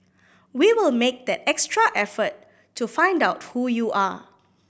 we will make that extra effort to find out who you are